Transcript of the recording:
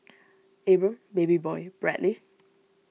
Abram Babyboy Bradley